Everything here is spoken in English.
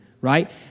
right